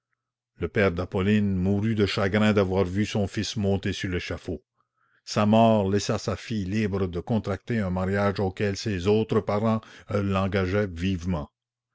le père d'appolline mourut de chagrin d'avoir vu son fils monter sur l'échafaud sa mort laissa sa fille libre de contracter un mariage auquel ses autres parens l'engageaient vivement